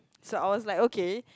so I was like okay